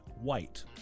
white